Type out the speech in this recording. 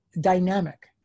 dynamic